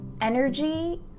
energy